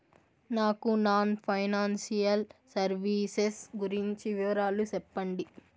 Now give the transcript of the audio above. నాకు non financial services గురించి వివరాలు సెప్పండి?